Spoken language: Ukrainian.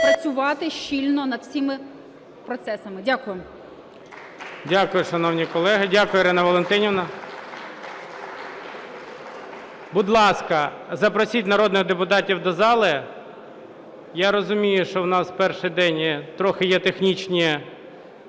працювати щільно над всіма процесами. Дякую. ГОЛОВУЮЧИЙ. Дякую, шановні колеги. Дякую, Ірина Валентинівна. Будь ласка, запросіть народних депутатів до зали. Я розумію, що у нас в перший день трохи є технічні